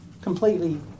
completely